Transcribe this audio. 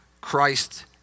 Christ